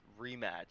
rematch